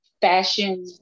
fashion